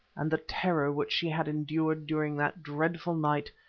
and the terror which she had endured during that dreadful night,